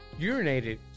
urinated